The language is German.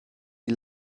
die